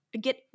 get